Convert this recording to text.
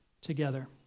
together